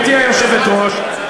גברתי היושבת-ראש,